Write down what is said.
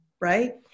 Right